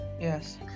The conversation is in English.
Yes